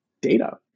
data